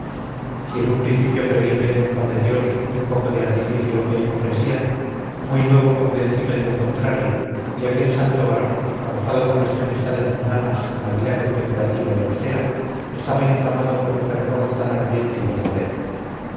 si en un principio creí ver en juan de dios un poco de artificio e hipocresía muy luego convencime de lo contrario y aquel santo varón arrojado por las tempestades mundanas a la vida contemplativa y austera estaba inflamado por un fervor tan ardiente y verdadero